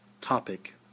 topic